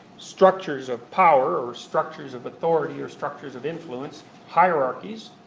structures of power, or structures of authority, or structures of influence hierarchies,